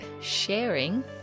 sharing